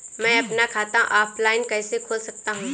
मैं अपना खाता ऑफलाइन कैसे खोल सकता हूँ?